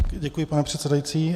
Děkuji, pane předsedající.